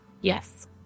Yes